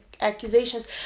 accusations